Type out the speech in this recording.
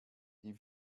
die